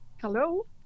Hello